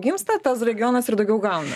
gimsta tas regionas ir daugiau gauna